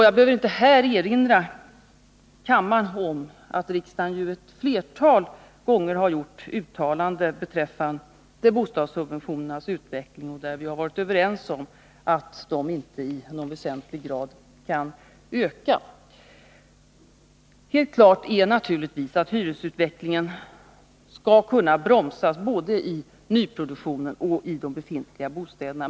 Jag behöver inte erinra kammaren om att riksdagen vid ett flertal tillfällen har gjort uttalanden beträffande bostadssubventionernas utveckling. Vi har varit överens om att dessa inte kan öka i någon väsentlig grad. Helt klart är naturligtvis att hyresutvecklingen skall kunna bromsas både i nyproduktionen och i de befintliga bostäderna.